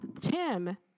Tim